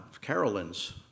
Carolyn's